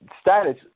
status